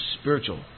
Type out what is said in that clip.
spiritual